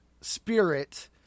spirit